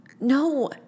No